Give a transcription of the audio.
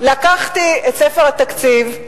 לקחתי את ספר התקציב,